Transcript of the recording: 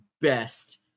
best